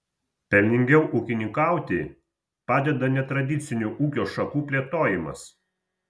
pelningiau ūkininkauti padeda netradicinių ūkio šakų plėtojimas